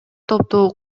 топтогу